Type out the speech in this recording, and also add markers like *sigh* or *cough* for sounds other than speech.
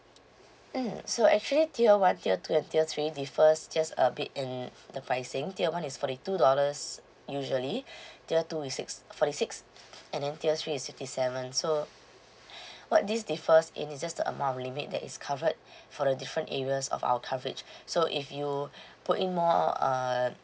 mm so actually tier one tier two and tier three differs just a bit in the pricing tier one is forty two dollars usually tier two is six forty six and then tier three is fifty seven so *breath* what this differs in is just amount of limit that is covered for the different areas of our coverage so if you put in more uh